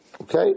Okay